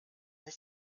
ich